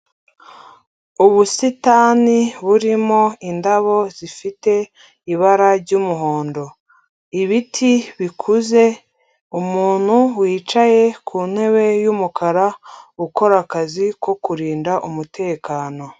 Ubusitani burimo indabo zifite ibara ry'umuhondo. Ibiti bikuze, umuntu wicaye ku ntebe y'umukara, ukora akazi ko kurinda umutekano.